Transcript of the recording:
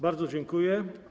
Bardzo dziękuję.